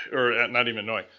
not even knowing,